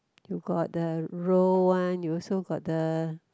you got the roll one you also got the